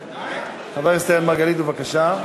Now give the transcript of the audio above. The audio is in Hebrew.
חבר הכנסת אראל מרגלית, בבקשה.